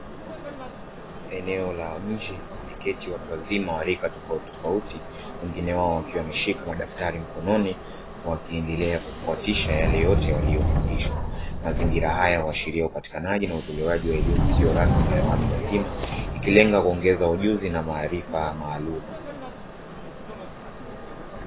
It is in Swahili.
Eneo la nje wameketi watu wazima wa rika tofautitofauti, wengine wao wakiwa wameshika madaftari mkononi, wakiendelea kufuatisha yale yote waliyofundishwa. Mazingira haya huashiria upatikanaji na utolewaji wa elimu isiyo rasmi na ya watu wazima, ikilenga kuongeza ujuzi na maarifa maalumu.